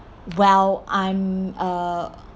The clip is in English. while I'm uh